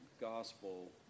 gospel